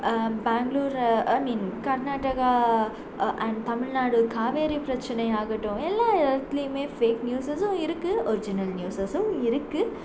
Bangalore I mean Karnataka அ and Tamil Nadu Kaveri பிரச்சனை ஆகட்டும் எல்லாம் இடத்துலியுமே ஃபேக் நியூஸஸும் இருக்குது ஒரிஜினல் நியூஸஸும் இருக்குது